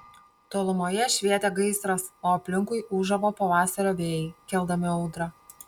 tolumoje švietė gaisras o aplinkui ūžavo pavasario vėjai keldami audrą